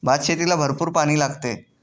भातशेतीला भरपूर पाणी लागते